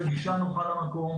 לאפשר גישה נוחה למקום,